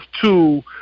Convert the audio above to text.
two